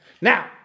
Now